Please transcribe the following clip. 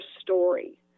story